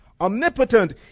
omnipotent